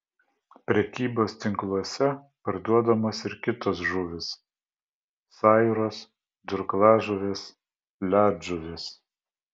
prekybos tinkluose parduodamos ir kitos žuvys sairos durklažuvės ledžuvės